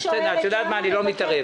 את יודעת מה, אני לא מתערב.